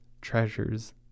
treasures